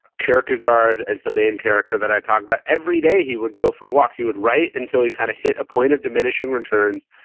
kierkegaard is the main character that i talk about, every day, he would go for a walk. he would write until he kind of hit a point of diminishing returns,